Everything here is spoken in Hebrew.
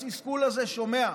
את התסכול הזה שומע,